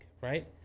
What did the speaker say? right